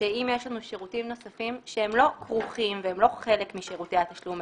שאם יש לנו שירותים נוספים שהם לא כרוכים והם לא חלק משירותי התשלום,